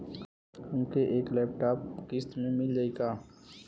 हमके एक लैपटॉप किस्त मे मिल जाई का?